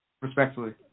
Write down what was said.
Respectfully